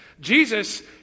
Jesus